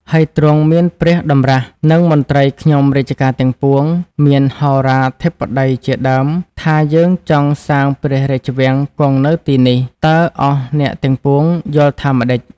ហើយទ្រង់មានព្រះតម្រាស់នឹងមន្ត្រីខ្ញុំរាជការទាំងពួង មានហោរាធិបតីជាដើមថា " យើងចង់សាងព្រះរាជវាំងគង់នៅទីនេះ តើអស់អ្នកទាំងពួងយល់ថាម្ដេច ?